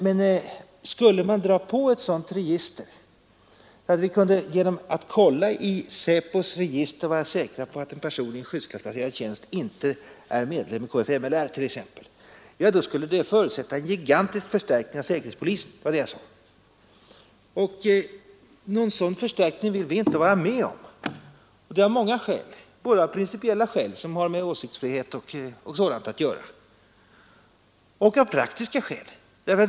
Men om vi skulle börja med en sådan registrering att vi genom att kolla i SÄPO:s register kunde vara säkra på att en person i skyddsklassplacerad tjänst inte är medlem i t.ex. kfmi, så skulle det förutsätta en gigantisk förstärkning av säkerhetspolisen. Det var vad jag sade. Och någon sådan förstärkning vill vi inte vara med om. Både av principiella skäl som har med åsiktsfriheten att göra och av praktiska skäl.